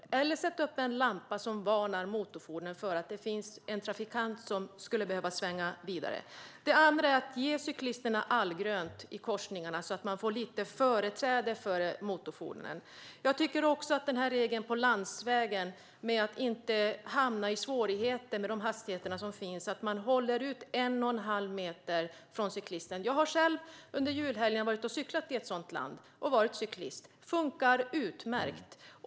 Eller också kan man sätta upp en lampa som varnar motorfordon för att det finns en trafikant som skulle behöva svänga. Det andra är: Ge cyklisterna allgrönt i korsningarna så att de får företräde före motorfordon! Jag tycker också att regeln som gäller landsväg ska vara att motorfordon ska hålla ut en och en halv meter från cyklisten, så att man inte hamnar i svårigheter med de hastigheter som finns. Under julhelgen cyklade jag i ett sådant land. Det funkar utmärkt.